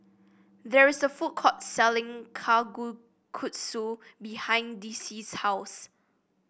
there is a food court selling Kalguksu behind Dicy's house